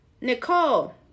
Nicole